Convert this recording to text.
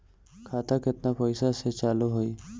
खाता केतना पैसा से चालु होई?